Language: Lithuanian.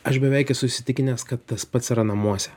aš beveik esu įsitikinęs kad tas pats yra namuose